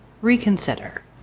Reconsider